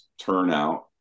turnout